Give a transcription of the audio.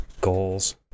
goals